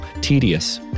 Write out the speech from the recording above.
tedious